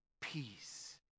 peace